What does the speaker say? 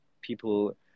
people